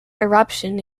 eruption